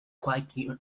quite